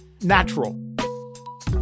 natural